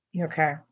Okay